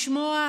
לשמוע מחזה,